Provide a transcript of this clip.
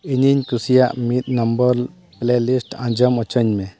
ᱤᱧᱤᱧ ᱠᱩᱥᱤᱭᱟᱜ ᱢᱤᱫ ᱱᱚᱢᱵᱚᱨ ᱚᱞᱮᱞᱤᱥᱴ ᱟᱸᱡᱚᱢ ᱚᱪᱚᱧᱢᱮ